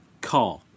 Car